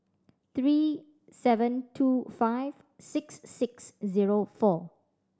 three seven two five six six zero four